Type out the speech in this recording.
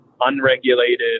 unregulated